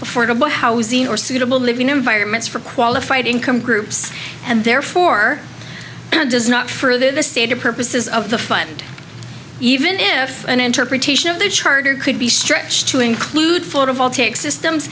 affordable housing or suitable living environments for qualified income groups and therefore does not further the stated purpose of the fund even if an interpretation of the charter could be stretched to include photovoltaics systems